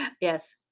yes